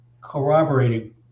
corroborating